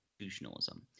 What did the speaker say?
Constitutionalism